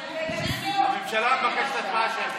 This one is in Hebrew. הממשלה מבקשת הצבעה שמית.